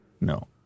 No